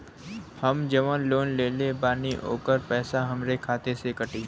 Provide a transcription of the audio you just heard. हम जवन लोन लेले बानी होकर पैसा हमरे खाते से कटी?